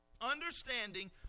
Understanding